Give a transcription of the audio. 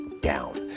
down